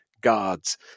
guards